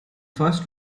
first